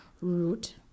root